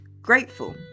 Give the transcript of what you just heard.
grateful